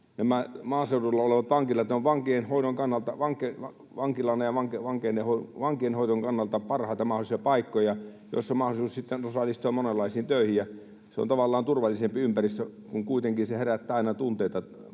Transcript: maaseudulla olevat vankilat ovat vankeinhoidon kannalta parhaita mahdollisia paikkoja, joissa on mahdollisuus osallistua monenlaisiin töihin, ja se on tavallaan turvallisempi ympäristö, kun kuitenkin se herättää aina tunteita,